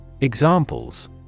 Examples